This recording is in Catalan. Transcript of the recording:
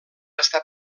estar